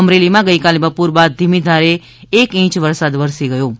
અમરેલીમાં ગઇકાલે બપોર બાદ ધીમીધારે એક ઇંચ વરસાદ વરસી ગયો હતો